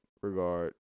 regard